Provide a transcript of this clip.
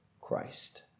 Christ